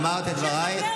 אמרת את דברייך.